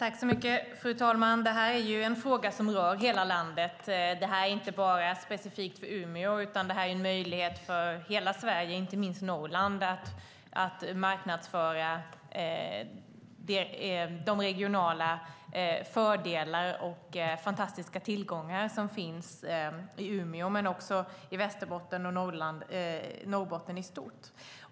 Fru talman! Det här är en fråga som rör hela landet. Det här är inte specifikt för Umeå. Det här är en möjlighet för hela Sverige, inte minst Norrland, att marknadsföra de regionala fördelar och fantastiska tillgångar som finns i Umeå men också i Västerbotten och Norrbotten i stort.